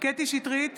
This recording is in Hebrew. קטי קטרין